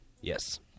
Yes